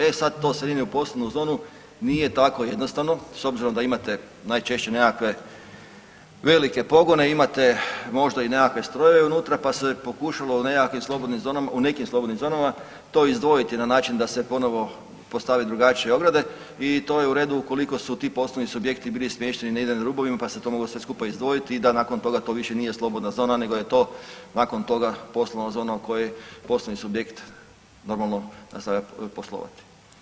E sad to seljenje u poslovnu zonu nije tako jednostavno s obzirom da imate najčešće nekakve velike pogone možda imate i nekakve strojeve unutra pa se pokušalo u nekim slobodnim zonama to izdvojiti na način da se ponovno postave drugačije ograde i to je u redu ukoliko su ti poslovni subjekti bili smješteni negdje na rubovima pa se to moglo sve skupa izdvojiti i da nakon toga to više nije slobodna zona nego je to nakon toga poslovna zona u kojoj poslovni subjekt normalno nastavlja poslovati.